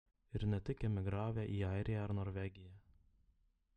ir ne tik emigravę į airiją ar norvegiją